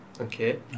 okay